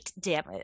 damage